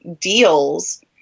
deals